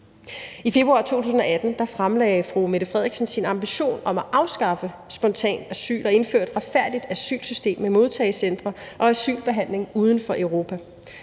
I februar 2018 fremlagde fru Mette Frederiksen sin ambition om at afskaffe spontant asyl og indføre et retfærdigt asylsystem med modtagecentre og asylbehandling uden for Europa,